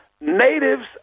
natives